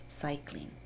cycling